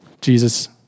Jesus